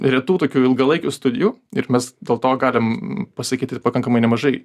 retų tokių ilgalaikių studijų ir mes dėl to galim pasakyti pakankamai nemažai